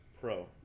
pro